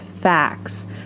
facts